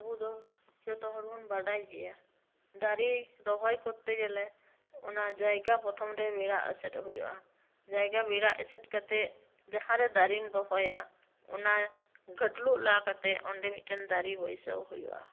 ᱟᱹᱵᱩ ᱫᱚ ᱡᱚᱛᱚ ᱦᱚᱲ ᱵᱩᱱ ᱵᱟᱰᱟᱭ ᱜᱮᱭᱟ ᱫᱟᱹᱨᱤ ᱨᱚᱦᱚᱭ ᱠᱚᱨᱛᱮ ᱜᱮᱞᱮ ᱚᱱᱟ ᱡᱟᱭᱜᱟ ᱯᱨᱚᱛᱷᱚᱢ ᱨᱮ ᱵᱮᱲᱟ ᱮᱥᱮᱫ ᱦᱩᱭᱩᱜᱼᱟ ᱡᱟᱭᱜᱟ ᱵᱮᱲᱟ ᱮᱥᱮᱫ ᱠᱟᱛᱮ ᱡᱟᱦᱟᱨᱮ ᱰᱟᱨᱮᱢ ᱨᱚᱦᱚᱭᱟ ᱚᱟᱱ ᱜᱷᱟᱹᱰᱞᱩᱜ ᱞᱟ ᱠᱟᱛᱮ ᱚᱰᱮ ᱢᱤᱫᱴᱮᱱ ᱫᱟᱨᱮ ᱵᱟᱹᱭᱥᱟᱣ ᱦᱩᱭᱩᱜᱼᱟ